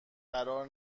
قرار